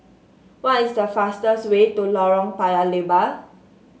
what is the fastest way to Lorong Paya Lebar